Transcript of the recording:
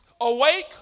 Awake